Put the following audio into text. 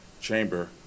Chamber